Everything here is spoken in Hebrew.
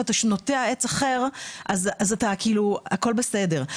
או שאתה נוטע עץ אחר אז כאילו הכול בסדר.